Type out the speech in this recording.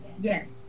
Yes